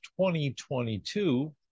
2022